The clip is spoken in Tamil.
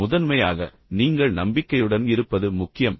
முதன்மையாக நீங்கள் நம்பிக்கையுடன் இருப்பது முக்கியம்